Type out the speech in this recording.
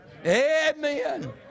Amen